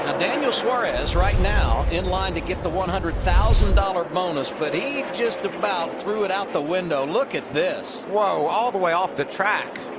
ah daniel suarez right now in line to get the one hundred thousand dollars bonus but he just about threw it out the window. look at this. whoa, all the way off the track.